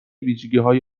ویژگیهای